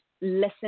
listen